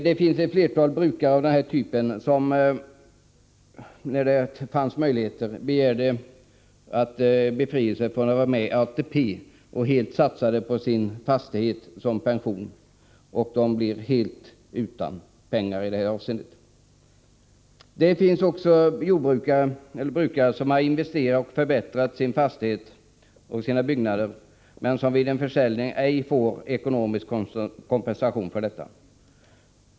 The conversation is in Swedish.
Det finns ett flertal brukare av den här typen som när det fanns möjligheter till det begärde att befrias från att vara med i ATP och helt satsade på sin fastighet som pension. De blir helt utan pengar i det här avseendet. Det finns också brukare som har investerat för att förbättra sin fastighet och sina byggnader, men som vid en försäljning inte får ekonomisk kompensation för detta.